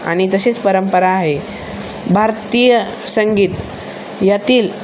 आणि तसेच परंपरा आहे भारतीय संगीत यातील